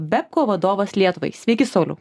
bepco vadovas lietuvai sveiki sauliau